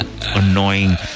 annoying